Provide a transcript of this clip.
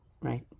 right